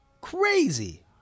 Crazy